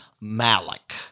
malik